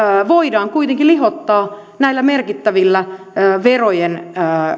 voidaan kuitenkin lihottaa näillä merkittävillä verojen